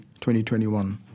2021